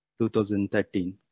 2013